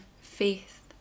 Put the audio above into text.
faith